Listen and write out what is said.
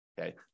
Okay